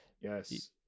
yes